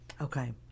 Okay